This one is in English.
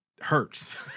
hurts